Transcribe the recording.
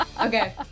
okay